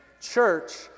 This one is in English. Church